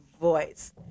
voice